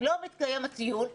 אם לא מתקיים הטיול,